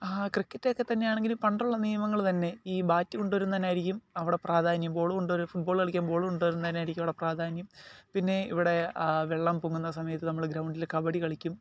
ക്രിക്കറ്റൊക്കെ തന്നെയാണെങ്കിലും പണ്ടുള്ള നിയമങ്ങൾ തന്നെ ഈ ബാറ്റ് കൊണ്ടുവരുന്നവനായിരിക്കും അവിടെ പ്രാധാന്യം ബോൾ കൊണ്ടുവരുന്ന ഫുട്ബോൾ കളിക്കാൻ ബോളു കൊണ്ടുവരുന്നവനായിരിക്കും അവിടെ പ്രാധാന്യം പിന്നെ ഇവിടെ വെള്ളം പൊങ്ങുന്ന സമയത്ത് നമ്മൾ ഗ്രൗണ്ടിൽ കബഡി കളിക്കും